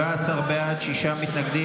17 בעד, שישה מתנגדים.